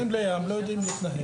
הם מגיעים לים ולא יודעים איך להתנהג.